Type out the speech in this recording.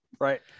right